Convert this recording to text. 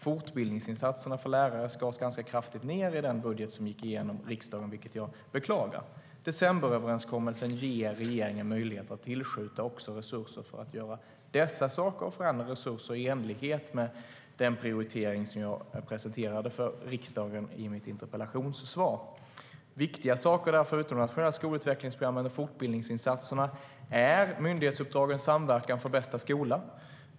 Fortbildningsinsatserna för lärare skars ned ganska kraftigt i den budget som gick igenom riksdagen, vilket jag beklagar. STYLEREF Kantrubrik \* MERGEFORMAT Svar på interpellationerViktiga saker, förutom de nationella skolutvecklingsprogrammen och fortbildningsinsatserna, är myndighetsuppdragens samverkan för bästa skola.